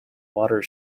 water